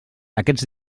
aquests